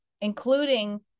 including